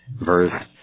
verse